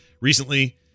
Recently